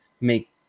make